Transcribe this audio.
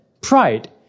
pride